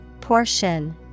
Portion